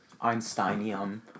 Einsteinium